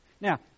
now